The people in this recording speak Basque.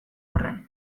arren